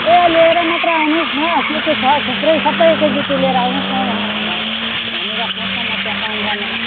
ए लिएर मात्र आउनु होस् न के के छ थुप्रो सबै एक चोटि लिएर आउनु होस् न भनी राख्नु होस् न त्यहाँ काम गर्नेलाई